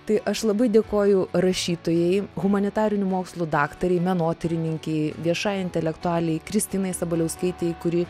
tai aš labai dėkoju rašytojai humanitarinių mokslų daktarei menotyrininkei viešai intelektualei kristinai sabaliauskaitei kuri